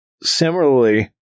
Similarly